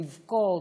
לבכות,